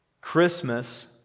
Christmas